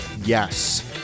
yes